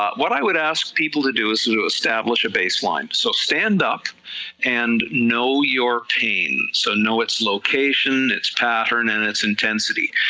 what i would ask people to do is establish a baseline, so stand up and know your pain, so know its location its pattern and its intensity,